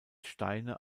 steine